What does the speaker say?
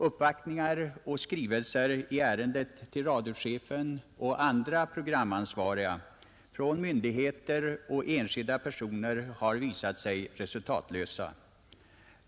Uppvaktningar och skrivelser i ärendet till radiochefen och andra programansvariga, från myndigheter och enskilda personer, har visat sig resultatlösa.